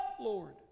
Lord